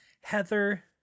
Heather